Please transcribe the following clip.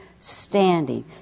standing